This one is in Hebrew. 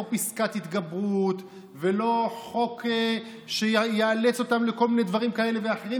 לא פסקת התגברות ולא חוק שיאלץ אותם לכל מיני דברים כאלה ואחרים,